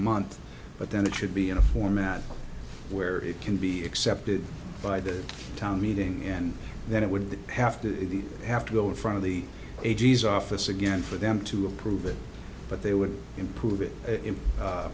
month but then it should be in a format where it can be accepted by the town meeting and then it would have to have to go in front of the a g s office again for them to approve it but they would improve it